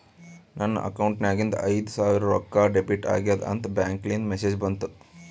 ನನ್ ಅಕೌಂಟ್ ನಾಗಿಂದು ಐಯ್ದ ಸಾವಿರ್ ರೊಕ್ಕಾ ಡೆಬಿಟ್ ಆಗ್ಯಾದ್ ಅಂತ್ ಬ್ಯಾಂಕ್ಲಿಂದ್ ಮೆಸೇಜ್ ಬಂತು